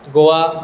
Goa